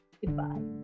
goodbye